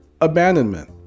abandonment